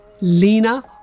Lena